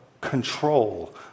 control